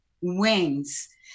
wings